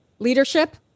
leadership